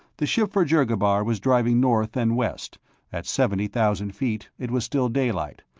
the ship for dhergabar was driving north and west at seventy thousand feet, it was still daylight,